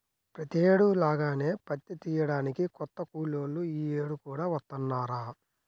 ప్రతేడు లాగానే పత్తి తియ్యడానికి కొత్త కూలోళ్ళు యీ యేడు కూడా వత్తన్నారా